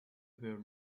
will